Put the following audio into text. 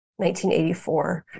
1984